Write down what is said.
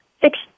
six